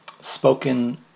spoken